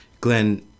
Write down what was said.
Glenn